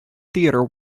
theatre